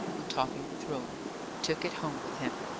when talking with roland took it home with him.